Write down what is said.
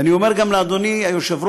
אני אומר גם לאדוני היושב-ראש,